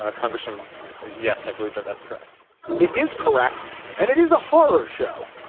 ah congressman yes i believe that that's correct it is correct and it is a horror show.